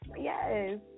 yes